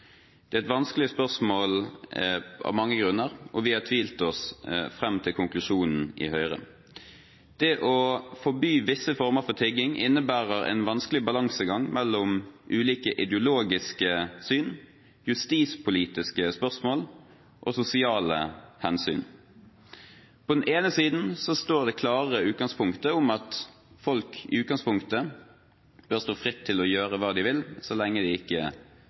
Det er et vanskelig spørsmål av mange grunner. Vi i Høyre har tvilt oss fram til konklusjonen. Det å forby visse former for tigging innebærer en vanskelig balansegang mellom ulike ideologiske syn, justispolitiske spørsmål og sosiale hensyn. På den ene siden står det klare utgangspunktet at folk i utgangspunktet bør stå fritt til å gjøre hva de vil, så lenge de ikke